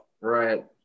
right